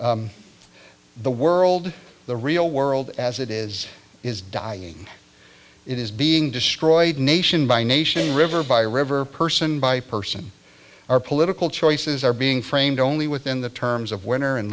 this the world the real world as it is is dying it is being destroyed nation by nation river by river person by person or political choices are being framed only within the terms of winner and